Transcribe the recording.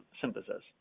synthesis